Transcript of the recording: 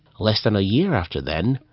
less than a year after then,